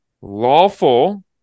lawful